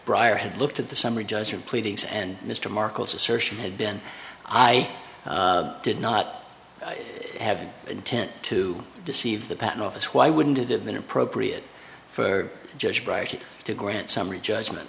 bryer had looked at the summary judgment pleadings and mr marcos assertion have been i did not have an intent to deceive the patent office why wouldn't it have been appropriate for judge bright to grant summary judgment